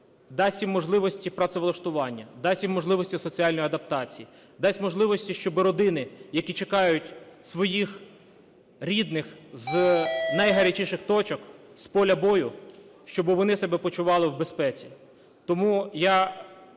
дасть їм можливості працевлаштування, дасть їм можливості соціальної адаптації, дасть можливості, щоби родини, які чекають своїх рідних з найгарячіших точок, з поля бою, щоби вони себе почували в безпеці. Тому я